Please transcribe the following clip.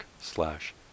slash